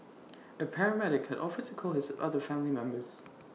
A paramedic had offered to call his other family members